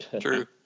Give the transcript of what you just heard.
true